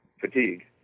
fatigue